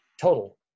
total